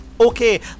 Okay